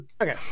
Okay